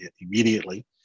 immediately